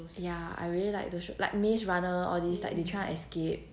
ya I really like those shows like maze runner all these like they try and escape